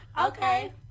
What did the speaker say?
okay